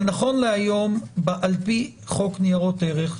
אבל נכון להיום לפי חוק ניירות ערך,